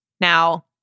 Now